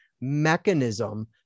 mechanism